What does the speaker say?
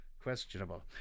Questionable